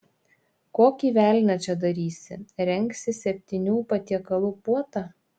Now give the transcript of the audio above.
kokį velnią čia darysi rengsi septynių patiekalų puotą